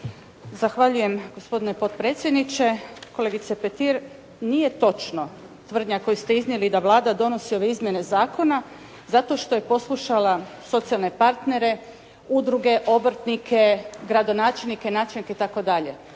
Zahvaljujem gospodine potpredsjedniče. Kolegice Petir, nije točna tvrdnja koju ste iznije da Vlada donosi izmjene ovoga zakona, zato što je poslušala socijalne partnere, udruge, obrtnike, gradonačelnike, načelnike itd..